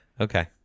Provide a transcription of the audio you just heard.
okay